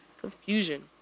Confusion